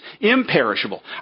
imperishable